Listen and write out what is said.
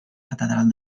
catedral